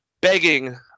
begging